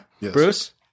Bruce